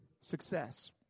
success